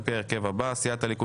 על פי ההרכב הבא: סיעת הליכוד,